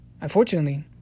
Unfortunately